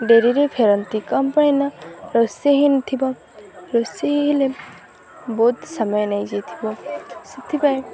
ଡେରିରେ ଫେରନ୍ତି କ'ଣ ପାଇଁ ନା ରୋଷେଇ ହେଇନଥିବ ରୋଷେଇ ହେଲେ ବହୁତ ସମୟ ନେଇଯାଇଥିବ ସେଥିପାଇଁ